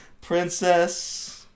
Princess